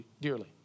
dearly